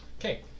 Okay